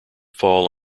fall